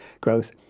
growth